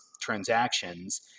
transactions